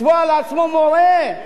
לתבוע לעצמו מורה,